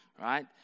right